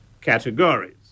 categories